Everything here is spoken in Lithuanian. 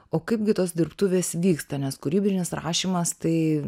o kaipgi tos dirbtuvės vyksta nes kūrybinis rašymas tai